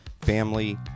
family